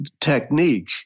technique